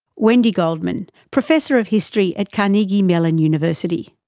wendy goldman, professor of history at carnegie mellon university.